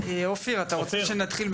עוד פעם אותה שרשרת,